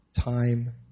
time